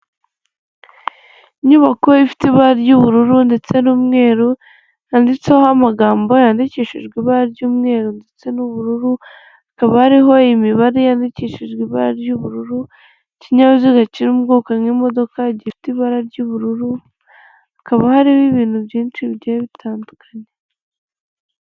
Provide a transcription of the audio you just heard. Inyubako ifite ibara ry'ubururu ndetse n'umweru handitseho amagambo yandikishijwe ibara ry'umweru ndetse n'ubururu, hakaba hariho imibare yandikishijwe ibara ry'ubururu, ikinyabiziga kiri mu bwoko nk'imodoka gifite ibara ry'ubururu, hakaba hariho ibintu byinshi bigiye bitandukanye.